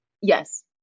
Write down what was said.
Yes